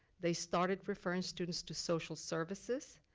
they started referring students to social services.